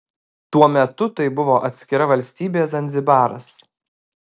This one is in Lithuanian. tuo metu tai buvo atskira valstybė zanzibaras